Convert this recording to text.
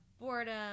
boredom